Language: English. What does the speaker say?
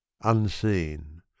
unseen